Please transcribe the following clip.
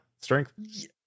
Strength